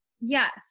Yes